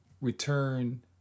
return